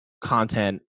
content